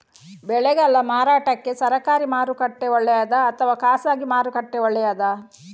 ಬೆಳೆಗಳ ಮಾರಾಟಕ್ಕೆ ಸರಕಾರಿ ಮಾರುಕಟ್ಟೆ ಒಳ್ಳೆಯದಾ ಅಥವಾ ಖಾಸಗಿ ಮಾರುಕಟ್ಟೆ ಒಳ್ಳೆಯದಾ